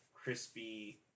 crispy